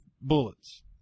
bullets